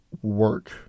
work